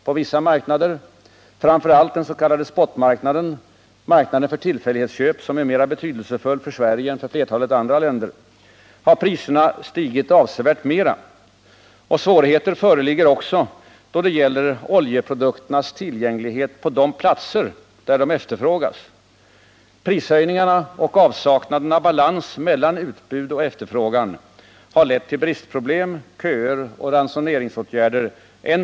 På vissa marknader — framför allt den s.k. spotmarknaden, marknaden för tillfällighetsköp, som är mer betydelsefull för Sverige än för flertalet andra länder — har priserna stigit avsevärt mer. Svårigheter föreligger också då det gäller oljeprodukternas tillgänglighet på de platser där de efterfrågas. Prishöjningarna och avsaknaden av balans mellan utbud och efterfrågan har lett till bristproblem, köer och ransoneringsåtgärder är.